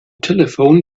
telephone